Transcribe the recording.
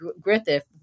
Griffith